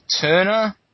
Turner